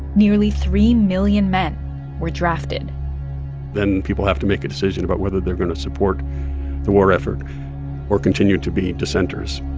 nearly three million men were drafted then people have to make a decision about whether they're going to support the war effort or continue to be dissenters